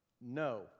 No